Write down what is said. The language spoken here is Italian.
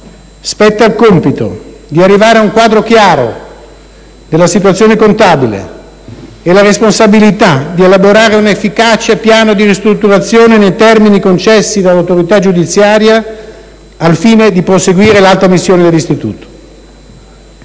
spetta il compito di arrivare a un quadro chiaro della situazione contabile e la responsabilità di elaborare un efficace piano di ristrutturazione nei termini concessi dall'autorità giudiziaria, al fine di proseguire l'alta missione dell'Istituto.